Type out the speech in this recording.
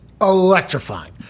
electrifying